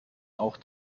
auch